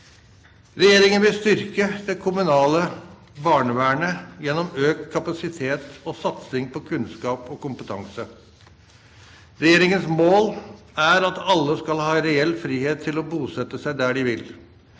Regjeringen vil styrke det kommunale barnevernet gjennom økt kapasitet og satsing på kunnskap og kompetanse. Regjeringens mål er at alle skal ha reell frihet til å bosette seg der de vil.